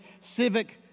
civic